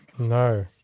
No